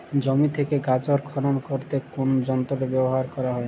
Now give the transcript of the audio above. জমি থেকে গাজর খনন করতে কোন যন্ত্রটি ব্যবহার করা হয়?